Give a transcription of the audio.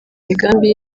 migambi